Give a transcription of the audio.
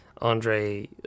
Andre